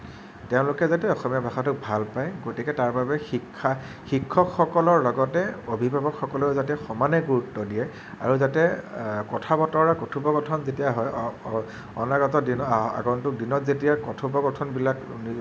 তেওঁলোকে যাতে অসমীয়া ভাষাটোক ভাল পায় গতিকে তাৰ বাবে শিক্ষা শিক্ষকসকলৰ লগতে অভিভাৱকসকলেও যাতে সমানে গুৰুত্ব দিয়ে আৰু যাতে কথা বতৰা কথোপকথন যেতিয়া হয় অনাগত দিনত আগন্তুক দিনত যেতিয়া কথোপকথনবিলাক